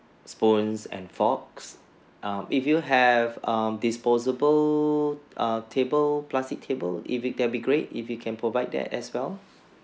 spoons and forks um if you have um disposable err table plastic table if it that'll be great if you can provide that as well